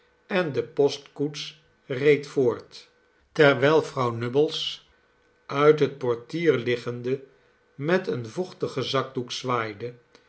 en de postkoets reed voort terwijl vrouw nubbles uit het portier liggende met een vochtigen zakdoek zwaaide